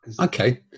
okay